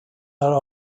are